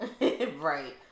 Right